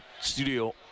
Studio